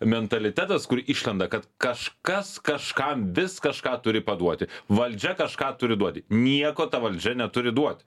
mentalitetas kur išlenda kad kažkas kažkam vis kažką turi paduoti valdžia kažką turi duoti nieko ta valdžia neturi duot